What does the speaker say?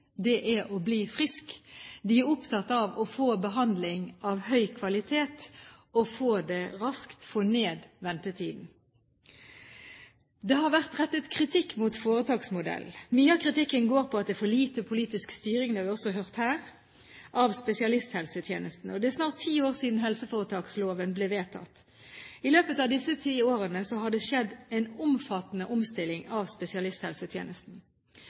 ting – å bli friske. De er opptatt av å få behandling av høy kvalitet, få det raskt og få ned ventetiden. Det har vært rettet kritikk mot foretaksmodellen. Mye av kritikken går på at det er for lite politisk styring – det har vi også hørt her – av spesialisthelsetjenesten. Det er snart ti år siden helseforetaksloven ble vedtatt, og i løpet av disse årene har det skjedd en omfattende omstilling av spesialisthelsetjenesten.